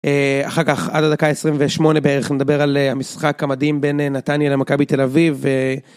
אחר כך עד הדקה 28 בערך נדבר על המשחק המדהים בין נתניה למכבי תל אביב.